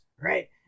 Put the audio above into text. right